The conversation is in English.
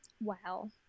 Wow